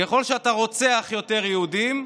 ככל שאתה רוצח יותר יהודים,